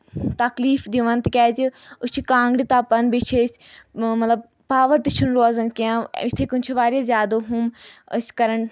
تکلیٖف دِون تِکیازِ أسۍ چھِ کانٛگرِ تَپن بیٚیہِ چھِ أسۍ مطلب پاوَر تہِ چھُنہٕ روزان کینٛہہ یِتھٕے کٔنۍ چھِ واریاہ زیادٕ ہُم أسۍ کَران